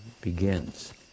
begins